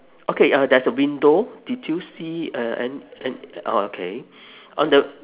okay uh there's a window did you see uh an~ an~ orh okay on the